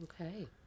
Okay